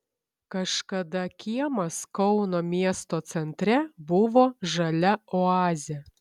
kažkada kiemas kauno miesto centre buvo žalia oazė